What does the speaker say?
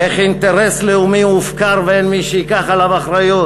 איך אינטרס לאומי הופקר ואין מי שייקח עליו אחריות.